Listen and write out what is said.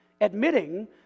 admitting